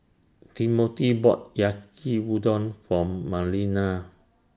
Timmothy bought Yaki Udon For Marlena